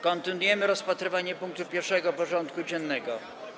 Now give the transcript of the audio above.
Kontynuujemy rozpatrywanie punktu 1. porządku dziennego.